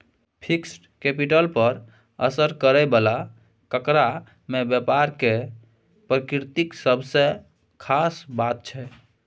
fixed capital पर असर करइ बला कारक मे व्यापार केर प्रकृति सबसँ खास बात छै